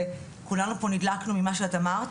וכולנו פה נדלקנו ממה שאת אמרת,